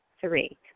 Three